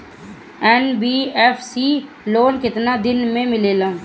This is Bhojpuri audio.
एन.बी.एफ.सी लोन केतना दिन मे मिलेला?